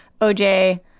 OJ